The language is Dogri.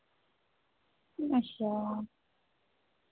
अच्छा